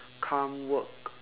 come work